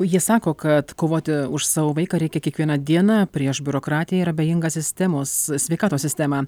jie sako kad kovoti už savo vaiką reikia kiekvieną dieną prieš biurokratiją ir abejingą sistemos sveikatos sistemą